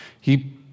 He